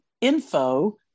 info